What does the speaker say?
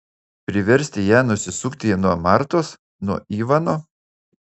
priversti ją nusisukti nuo martos nuo ivano